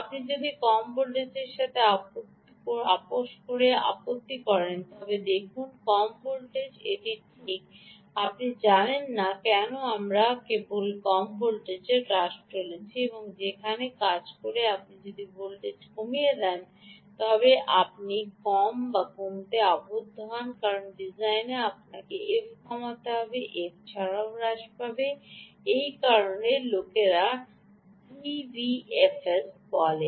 আপনি যদি কম ভোল্টেজের সাথে আপোস করতে আপত্তি করেন না তবে দেখুন কম ভোল্টেজ এটি ঠিক আপনি জানেন না কেন আমরা কেন কেবল ভোল্টেজ হ্রাস করতে চলেছি যা সেভাবে কাজ করে না আপনি যদি ভোল্টেজ কমিয়ে দেন তবে আপনি কম বা কমতে আবদ্ধ হন কারণ ডিজাইনের আপনাকে এফ কমাতে হবে এফ এছাড়াও হ্রাস করতে হবে এই কারণেই লোকেরা ডিভিএফএস বলে